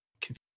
confused